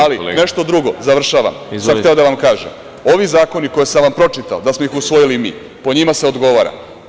Ali nešto drugo sam hteo da vam kažem, ovi zakoni koje sam vam pročitao da smo ih usvojili mi, po njima se odgovara.